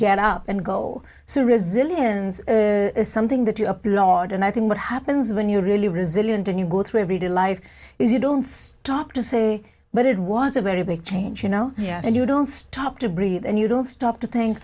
get up and go so resilience is something that you applaud and i think what happens when you're really resilient and you go through every day life is you don't stop to say but it was a very big change you know yeah and you don't stop to breathe and you don't stop to think